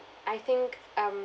I think um